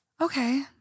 Okay